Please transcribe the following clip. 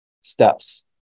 steps